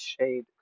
shade